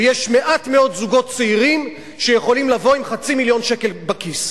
ויש מעט מאוד זוגות צעירים שיכולים לבוא עם חצי מיליון שקל בכיס.